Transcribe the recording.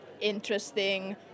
interesting